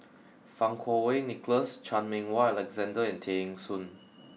Fang Kuo Wei Nicholas Chan Meng Wah Alexander and Tay Eng Soon